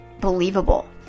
believable